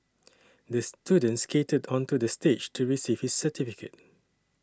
the student skated onto the stage to receive his certificate